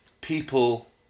people